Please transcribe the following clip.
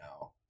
now